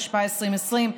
התשפ"א 2020,